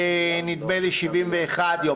נדמה לי ב-71 יום.